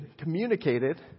communicated